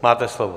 Máte slovo.